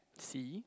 see